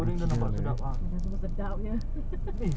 actually the food is three point eight